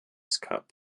cup